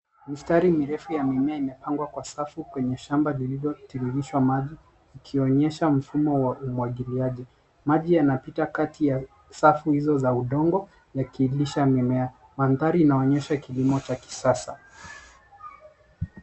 Mistari mirefu ya mimea imepangwa kwa safu kwenye shamba lililotiririshwa maji, ikionyesha mfumo wa umagiliaji, maji yanapita kati ya safu hizo za udongo yakilisha mimea, mandhari inaonyesha kilimo cha kisasa.